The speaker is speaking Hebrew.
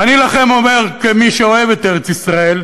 ואני לכם אומר, כמי שאוהב את ארץ-ישראל,